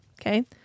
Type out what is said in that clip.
Okay